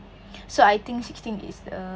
so I think sixteen is a